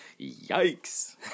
Yikes